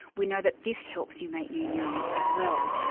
we know that this helps you make new neurons as well.